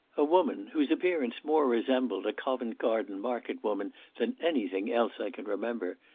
a woman, whose appearance more resembled a covent garden market-woman than any thing else i can remember,